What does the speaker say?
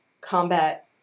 combat